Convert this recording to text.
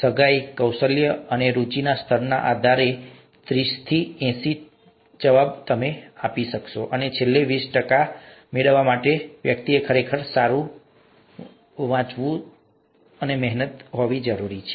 સગાઈ કૌશલ્ય અને રુચિના સ્તરના આધારે ત્રીસથી એંસી જવાબ આપી શકશે અને છેલ્લા વીસ ટકા મેળવવા માટે વ્યક્તિ ખરેખર સારું હોવું જરૂરી છે